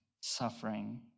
suffering